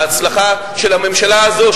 ההצלחה של הממשלה הזו,